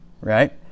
right